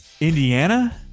Indiana